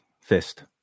fist